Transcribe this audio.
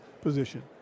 position